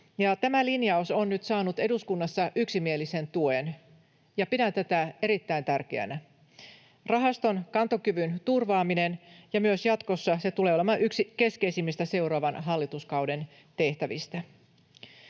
Tämä linjaus on nyt saanut eduskunnassa yksimielisen tuen, ja pidän tätä erittäin tärkeänä. Rahaston kantokyvyn turvaaminen myös jatkossa tulee olemaan yksi keskeisimmistä seuraavan hallituskauden tehtävistä.